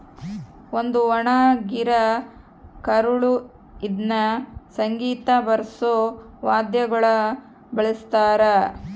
ಒಂದು ಒಣಗಿರ ಕರಳು ಇದ್ನ ಸಂಗೀತ ಬಾರ್ಸೋ ವಾದ್ಯಗುಳ ಬಳಸ್ತಾರ